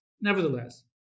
nevertheless